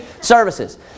services